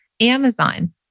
Amazon